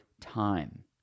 time